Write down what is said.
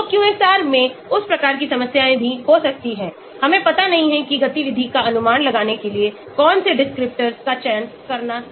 तो QSAR में उस प्रकार की समस्या भी हो सकती है हमें पता नहीं है कि गतिविधि का अनुमान लगाने के लिए कौन से descriptors का चयन करना है